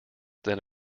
than